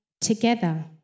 together